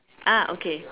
ah okay